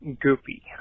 Goofy